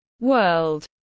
World